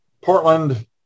Portland